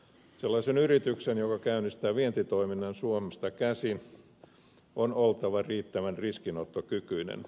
sellaisen yrityksen joka käynnistää vientitoiminnan suomesta käsin on oltava riittävän riskinottokykyinen